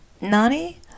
nani